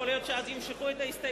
יכול להיות שאז ימשכו את ההסתייגות,